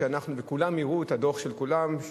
וכולם יראו את הדוח של כולם,